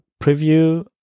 preview